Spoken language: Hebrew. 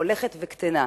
הולכת וקטנה.